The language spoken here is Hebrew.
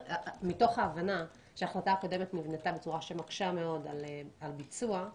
מתוך ההבנה שההחלטה הקודמת נבנתה בצורה שמקשה מאוד על הביצוע,